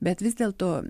bet vis dėlto